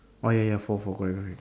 oh ya ya four four correct correct